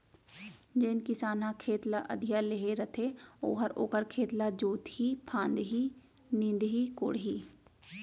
जेन किसान ह खेत ल अधिया लेहे रथे ओहर ओखर खेत ल जोतही फांदही, निंदही कोड़ही